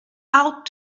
out